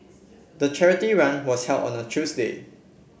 the charity run was held on a Tuesday